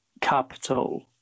capital